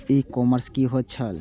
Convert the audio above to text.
ई commerce की होय छेय?